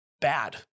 bad